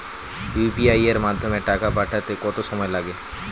UPI এর মাধ্যমে টাকা পাঠাতে কত সময় লাগে?